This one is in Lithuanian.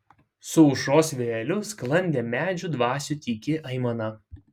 su aušros vėjeliu sklandė medžių dvasių tyki aimana